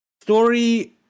story